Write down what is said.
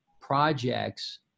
projects